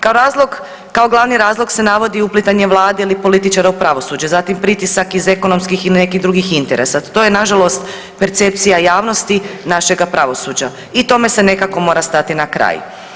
Kao glavni razlog se navodi uplitanje vlada ili političara u pravosuđe, zatim pritisak iz ekonomskih i nekih drugih interesa, to je nažalost percepcija javnosti našega pravosuđa i tome se nekako mora stati na kraj.